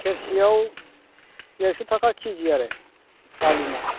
सेरसेयाव एकस' थाखा खेजि आरो दालिमा